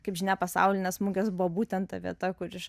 kaip žinia pasaulinės mugės buvo būtent ta vieta kur iš